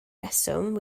reswm